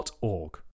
org